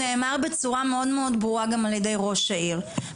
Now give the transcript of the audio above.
נאמר בצורה מאוד מאוד ברורה גם על ידי ראש העיר,